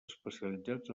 especialitzats